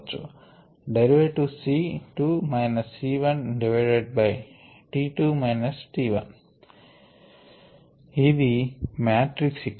derivative C 2 minus C 1 divided by t 2 minus t 1 ఇది matrix ఇక్కడ